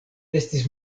estis